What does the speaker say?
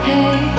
Hey